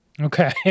okay